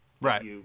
Right